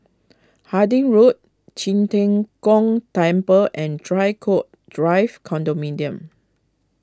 Harding Road Qi Tian Gong Temple and Draycott Drive Condominium